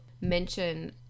mention